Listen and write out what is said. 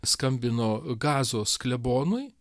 skambino gazos klebonui